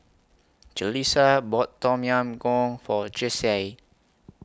Jaleesa bought Tom Yam Goong For Jessye